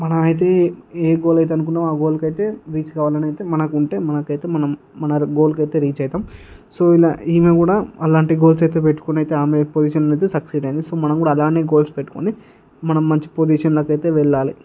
మన అయితే ఏ గోల్ అయితే అనుకున్నామో ఆ గోల్ కైతే రీచ్ కావాలని మనకు ఉంటే మనకైతే మనం గోల్ కైతే రీచ్ అయితం సో ఇలా ఈమె కూడా అలాంటి గోల్స్ అయితే పెట్టుకొని అయితే ఆమె పోజిషన్లో అయితే సక్సిడ్ అయ్యింది సో మనం కూడా అలానే గోల్స్ పెట్టుకొని మనం మంచి పొజిషన్లోకి అయితే వెళ్ళాలి